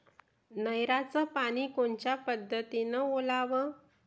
नयराचं पानी कोनच्या पद्धतीनं ओलाव?